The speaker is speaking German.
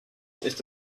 ist